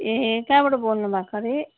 ए कहाँबाट बोल्नुभएको अरे